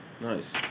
Nice